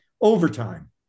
overtime